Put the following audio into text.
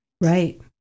Right